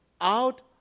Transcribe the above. out